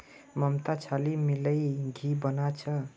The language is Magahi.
ममता छाली मिलइ घी बना छ